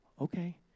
Okay